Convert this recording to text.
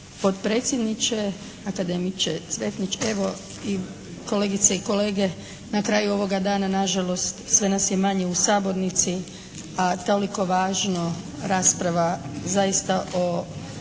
potpredsjedniče, akademiče Cvetnić. Evo i kolegice i kolege, na kraju ovoga dana na žalost sve nas je manje u sabornici a toliko važna rasprava zaista o,